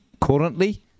currently